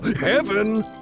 Heaven